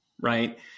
Right